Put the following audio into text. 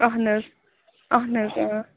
اَہن حظ اَہن حظ